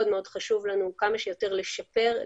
מאוד מאוד חשוב לנו כמה שיותר לשפר,